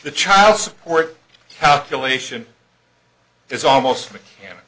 the child support calculation is almost mechanic